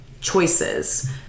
choices